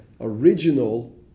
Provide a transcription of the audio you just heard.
original